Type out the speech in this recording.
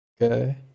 okay